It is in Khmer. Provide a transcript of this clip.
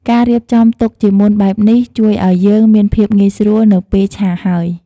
ការរៀបចំទុកជាមុនបែបនេះ ជួយឲ្យយើងមានភាពងាយស្រួលនៅពេលឆាហើយ។